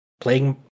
playing